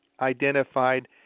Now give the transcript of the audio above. identified